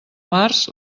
març